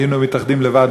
היינו מתאחדים לבד,